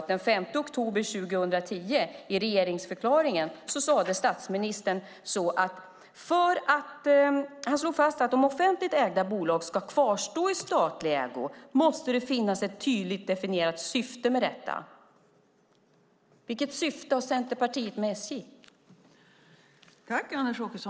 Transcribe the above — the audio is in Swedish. Den 5 oktober 2010 slog statsministern fast i regeringsförklaringen att om offentligt ägda bolag ska kvarstå i statlig ägo måste det finnas ett tydligt definierat syfte med detta. Vilket syfte har Centerpartiet med SJ?